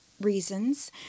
reasons